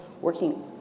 working